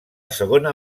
segona